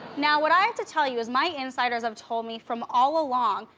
now what i have to tell you is my insiders have told me from all along,